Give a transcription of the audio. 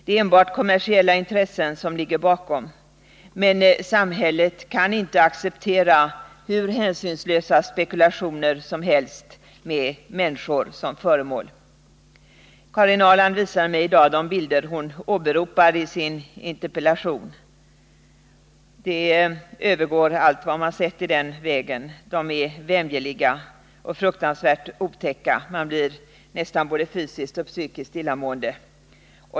Det är enbart kommersiella intressen som ligger bakom, men samhället kan inte acceptera hur hänsynslös spekulation som helst med människorna. Karin Ahrland visade mig i dag de bilder som hon berörde i sin interpellation. Bilderna övergår allt vad man har sett i den vägen, de är vämjeliga och fruktansvärt otäcka. Man blir nästan både fysiskt och psykiskt illamående.